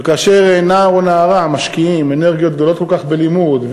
וכאשר נער או נערה משקיעים אנרגיות גדולות כל כך בלימוד,